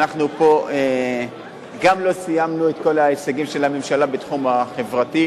שאנחנו פה גם לא סיימנו את כל ההישגים של הממשלה בתחום החברתי,